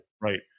Right